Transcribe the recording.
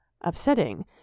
upsetting